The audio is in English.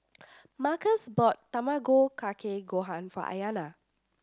Markus bought Tamago Kake Gohan for Ayanna